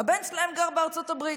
הבן שלהם גר בארצות הברית,